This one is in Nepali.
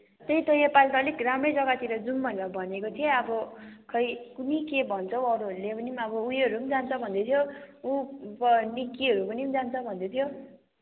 त्यही त यो पाली त अलिक राम्रै जग्गातिर जाउँ भनेर भनेको थिएँ अब खोइ कुन्नी के भन्छ हौ अरूहरूले पनि अब उयोहरू पनि जान्छ भन्दै थियो ऊ निक्कीहरू पनि जान्छ भन्दै थियो